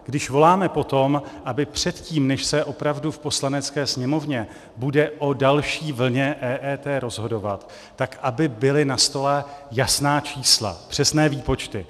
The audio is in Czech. Když voláme po tom, aby předtím, než se opravdu v Poslanecké sněmovně bude o další vlně EET rozhodovat, tak aby byla na stole jasná čísla, přesné výpočty.